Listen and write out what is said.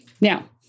Now